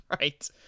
right